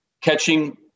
catching